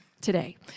today